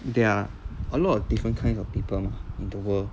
there are a lot of different kinds of people mah in the world